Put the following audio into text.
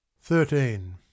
Thirteen